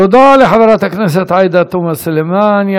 תודה לחברת הכנסת עאידה תומא סלימאן.